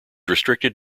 restricted